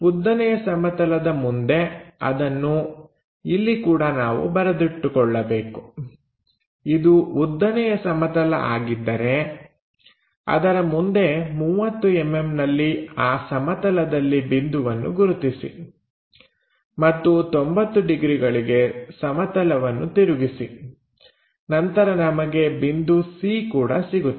ಉದ್ದನೆಯ ಸಮತಲದ ಮುಂದೆ ಅದನ್ನು ಇಲ್ಲಿ ಕೂಡ ನಾವು ಬರೆದಿಟ್ಟುಕೊಳ್ಳಬೇಕು ಇದು ಉದ್ದನೆಯ ಸಮತಲ ಆಗಿದ್ದರೆ ಅದರ ಮುಂದೆ 30mm ನಲ್ಲಿ ಆ ಸಮತಲದಲ್ಲಿ ಬಿಂದುವನ್ನು ಗುರುತಿಸಿ ಮತ್ತು 90 ಡಿಗ್ರಿಗಳಿಗೆ ಸಮತಲವನ್ನು ತಿರುಗಿಸಿ ನಂತರ ನಮಗೆ ಬಿಂದು c ಕೂಡ ಸಿಗುತ್ತದೆ